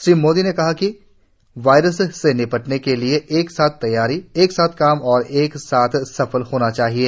श्री मोदी ने कहा किवायरस से निपटने के लिए एक साथ तैयारी एक साथ काम और एक साथ सफल होना चाहिए